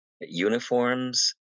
uniforms